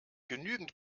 genügend